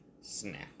snap